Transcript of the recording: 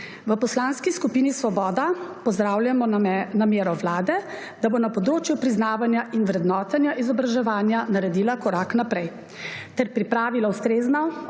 V Poslanski skupini Svoboda pozdravljamo namero Vlade, da bo na področju priznavanja in vrednotenja izobraževanja naredila korak naprej ter pripravila ustrezno